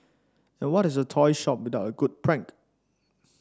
and what is a toy shop without a good prank